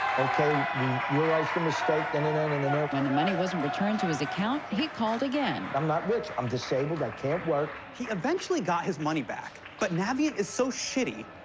okay, we realized the mistake. and and and and and when the money wasn't returned to his account, he called again. i'm not rich, i'm disabled. i can't work. he eventually got his money back. but navient is so shitty,